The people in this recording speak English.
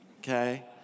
okay